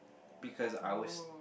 because I was